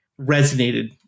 resonated